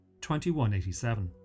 2187